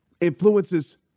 influences